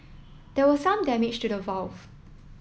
there was some damage to the valve